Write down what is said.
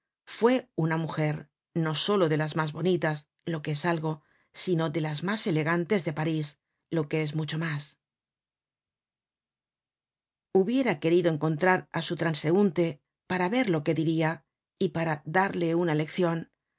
fue una mujer no solo de las mas bonitas lo que es algo sino de las mas elegantes de parís lo que es mucho mas hubiera querido encontrar á su transeunte para ver lo que diria y para darle una leccion